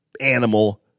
animal